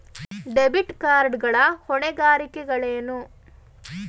Debit card ಗಳ ಹೊಣೆಗಾರಿಕೆಗಳೇನು?